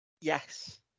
Yes